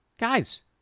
Guys